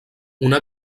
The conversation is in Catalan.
una